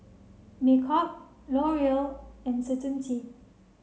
Me KUP L'Oreal and Certainty